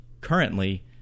currently